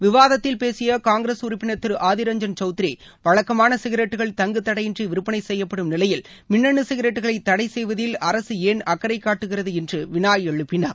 விவாதத்தில் பேசிய காங்கிரஸ் உறுப்பினர் திரு ஆதிர் ரஞ்சன் சவுத்திரி வழக்கமான சிகிரெட்டுகள் தங்கு தடையின்றி விற்பனை செய்யப்படும் நிலையில் மின்னனு சிகிரெட்டுகளை தடை செய்வதில் அரசு ஏன் அக்கரை காட்டுகிறது என்று வினா எழுப்பினார்